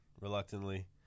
reluctantly